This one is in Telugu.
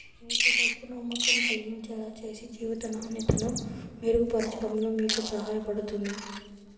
మీకు డబ్బు నమ్మకం కలిగించేలా చేసి జీవిత నాణ్యతను మెరుగుపరచడంలో మీకు సహాయపడుతుంది